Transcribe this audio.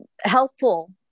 helpful